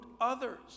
others